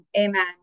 Amen